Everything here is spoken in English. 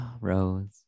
Rose